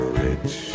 rich